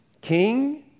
King